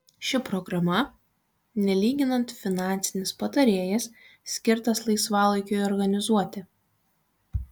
ši programa nelyginant finansinis patarėjas skirtas laisvalaikiui organizuoti